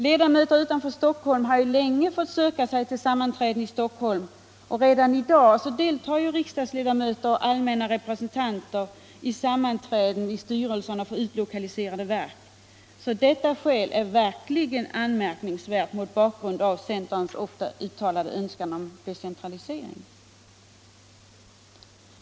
Ledamöter bosatta utanför Stockholm har ju länge fått söka sig till sammanträden i Stockholm, och redan i dag deltar ju riksdagsledamöter som allmänhetens representanter i sammanträden i styrelserna för utlokaliserade verk. Det nu anförda skälet är sannerligen anmärkningsvärt mot bakgrund av centerns ofta uttalade önskan om decentralisering.